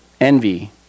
Envy